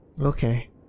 Okay